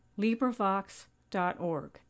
librivox.org